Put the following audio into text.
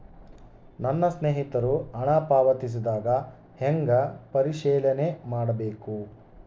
ನನ್ನ ಸ್ನೇಹಿತರು ಹಣ ಪಾವತಿಸಿದಾಗ ಹೆಂಗ ಪರಿಶೇಲನೆ ಮಾಡಬೇಕು?